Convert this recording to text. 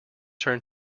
turn